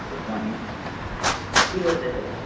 good morning के गर्दैछौ